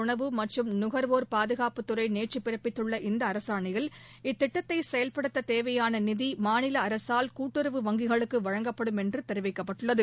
உணவு மற்றும் நுகர்வோர் பாதுகாப்புத்துறை நேற்று பிறப்பித்துள்ள இந்த அரசாணையில் இத்திட்டத்தை செயல்படுத்த தேவையான நிதி மாநில அரசால் கூட்டுறவு வங்கிகளுக்கு வழங்கப்படும் என்று தெரிவிக்கப்பட்டுள்ளது